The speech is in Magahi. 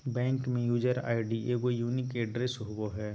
बैंक में यूजर आय.डी एगो यूनीक ऐड्रेस होबो हइ